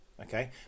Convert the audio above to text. Okay